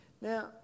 Now